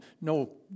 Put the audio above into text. No